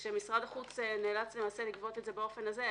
כאשר משרד החוץ נאלץ לגבות את זה באופן הזה,